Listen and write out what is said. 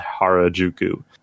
Harajuku